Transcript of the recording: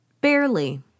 Barely